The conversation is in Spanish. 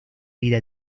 vida